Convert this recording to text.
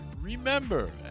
remember